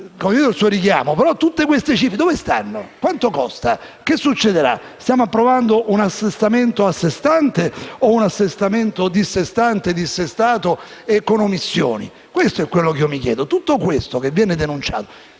tutte queste cifre dove stanno? Quanto costa? Che cosa succederà? Stiamo approvando un Assestamento assestante o un Assestamento dissestante, dissestato e con omissioni? Questo è ciò che mi chiedo. Tutto ciò che viene denunciato